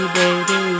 baby